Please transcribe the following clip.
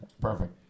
Perfect